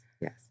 Yes